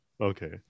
Okay